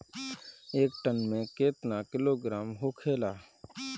एक टन मे केतना किलोग्राम होखेला?